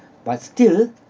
but still